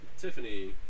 Tiffany